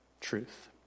truth